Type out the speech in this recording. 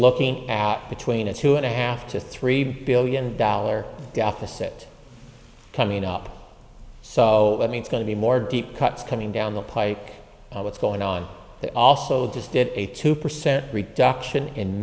looking at between a two and a half to three billion dollar deficit coming up so that means going to be more deep cuts coming down the pike what's going on they also just did a two percent reduction in